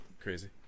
crazy